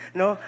no